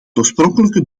oorspronkelijke